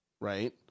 Right